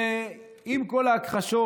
ועם כל ההכחשות